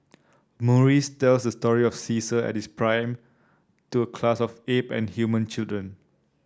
Maurice's tells the story of Caesar at his prime to a class of ape and human children